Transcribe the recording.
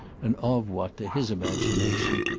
and of what, to his imagination,